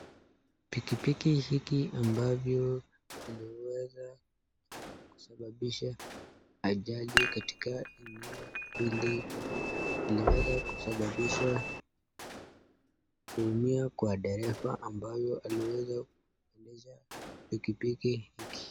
Pikipiki hiki ambavyo imeweza kusababisha ajali katika eneo hili imeweza kusababisha kuumia kwa dereva ambaye aliweza kuendesha pikipiki hiki.